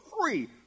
free